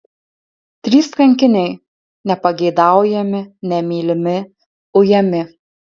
trys kankiniai nepageidaujami nemylimi ujami